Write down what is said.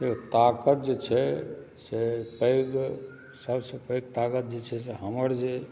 ताकत जे छै से पैघ सबसँ पैघ ताकत जे छै से हमर जे